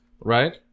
Right